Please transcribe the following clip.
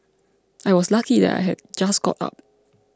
I was lucky that I had just got up